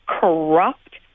corrupt